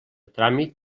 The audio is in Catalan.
tràmit